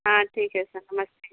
हाँ ठीक है सर समझ गई